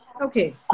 Okay